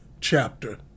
chapter